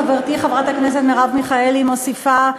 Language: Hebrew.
חברתי חברת הכנסת מרב מיכאלי מוסיפה.